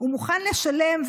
ומוכן לשלם,